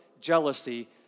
jealousy